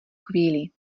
chvíli